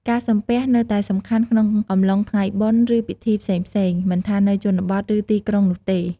ការសំពះ នៅតែសំខាន់ក្នុងអំឡុង ថ្ងៃបុណ្យ ឬពិធីផ្សេងៗ មិនថានៅជនបទ ឬ ទីក្រុងនោះទេ។